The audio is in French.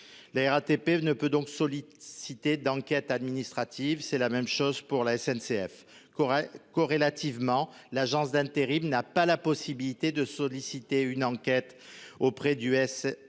La RATP ne peut donc. Sollicité d'enquête administrative, c'est la même chose pour la SNCF qu'aurait corrélativement l'agence d'intérim n'a pas la possibilité de solliciter une enquête auprès du S.